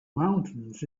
mountains